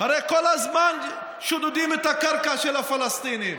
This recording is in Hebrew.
הרי כל הזמן שודדים את הקרקע של הפלסטינים,